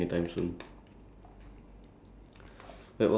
to have that you still have people to work for it